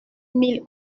mille